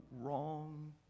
wrong